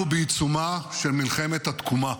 אנחנו בעיצומה של מלחמת התקומה.